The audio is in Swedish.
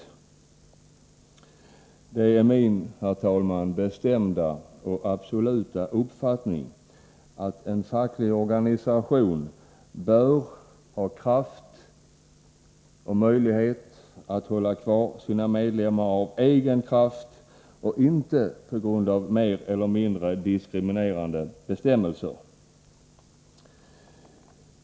Ideella föreningar Det är, herr talman, min bestämda och absoluta uppfattning att en facklig ochstiftelser organisation bör ha förmåga och möjlighet att hålla kvar sina medlemmar av egen kraft och inte på grund av mer eller mindre diskriminerande bestämmelser.